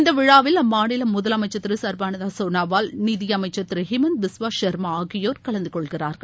இந்த விழாவில் அம்மாநில முதலமைச்சர் திரு சர்பானந்தா சோனாவால் நிதியமைச்சர் திரு ஹிமந்த பிஸவா ஷர்மா ஆகியோர் கலந்து கொள்கிறார்கள்